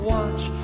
Watch